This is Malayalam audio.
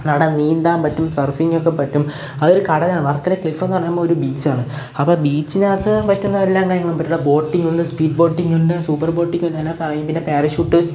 അവിടെ നീന്താന് പറ്റും സര്ഫിങ്ങൊക്കെ പറ്റും അതൊരു കടലാണ് വർക്കല ക്ലിഫ് എന്ന് പറയുമ്പോൾ ഒരു ബീച്ചാണ് അപ്പം ബീച്ചിനകത്ത് പറ്റുന്ന എല്ലാം ബോട്ടിങ്ങ് ഉണ്ട് സ്പീഡ് ബോട്ടിങ്ങ് ഉണ്ട് സൂപ്പര് ബോട്ടിങ്ങ് അങ്ങനെ പറയും പിന്നെ പാരഷൂട്ട്